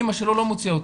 אימא שלו לא מוציאה אותו.